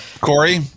Corey